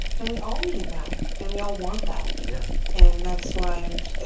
and we all need that. and we all want that yeah and that's why i'm